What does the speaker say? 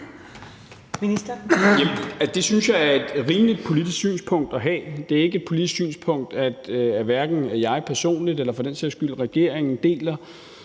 Det synes jeg er et rimeligt politisk synspunkt at have. Det er ikke et politisk synspunkt, hverken jeg personligt eller for den sags skyld regeringen deler.